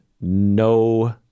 no